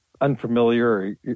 unfamiliar